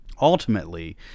Ultimately